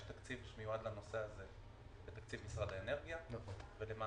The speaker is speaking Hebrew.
יש תקציב שמיועד לנושא הזה בתקציב משרד האנרגיה ולמעשה,